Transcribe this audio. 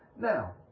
Now